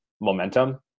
momentum